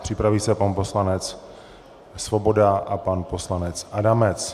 Připraví se pan poslanec Svoboda a pan poslanec Adamec.